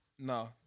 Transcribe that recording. No